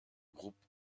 groupe